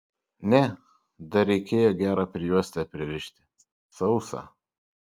ne dar reikėjo gerą prijuostę pririšti sausą